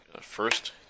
first